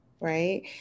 Right